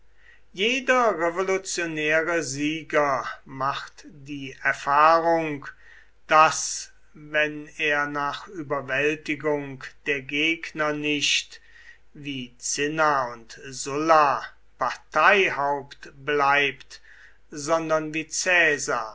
jeder revolutionäre sieger macht die erfahrung daß wenn er nach überwältigung der gegner nicht wie cinna und sulla parteihaupt bleibt sondern wie caesar